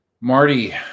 Marty